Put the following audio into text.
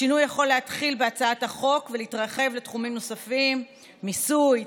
השינוי יכול להתחיל בהצעת החוק ולהתרחב לתחומים נוספים: מיסוי,